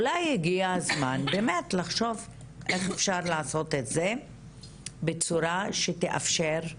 אולי הגיע הזמן באמת לחשוב איך אפשר לעשות את זה בצורה שתאפשר את